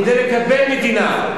כדי לקבל מדינה.